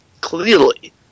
clearly